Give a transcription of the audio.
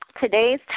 Today's